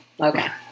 Okay